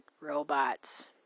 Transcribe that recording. robots